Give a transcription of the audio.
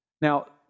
Now